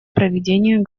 проведения